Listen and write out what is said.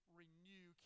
renew